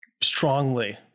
strongly